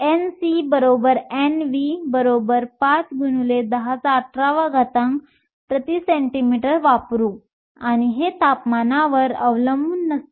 Nc Nv 5 x 1018 cm 3 वापरू आणि हे तापमानावर अवलंबून नसते